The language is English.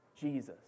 Jesus